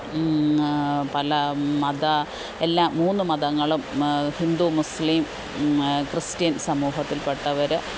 പല മത എല്ലാം മൂന്ന് മതങ്ങളും ഹിന്ദു മുസ്ലീം ക്രിസ്റ്റ്യന് സമൂഹത്തില്പ്പെട്ടവർ